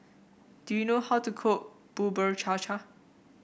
do you know how to cook Bubur Cha Cha